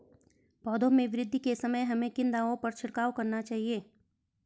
पौधों में वृद्धि के समय हमें किन दावों का छिड़काव करना चाहिए?